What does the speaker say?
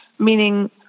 Meaning